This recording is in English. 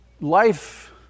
life